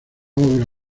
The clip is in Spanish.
obra